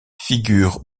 figure